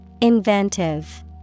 Inventive